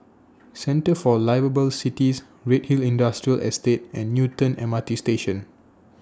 Centre For Liveable Cities Redhill Industrial Estate and Newton M R T Station